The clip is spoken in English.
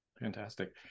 Fantastic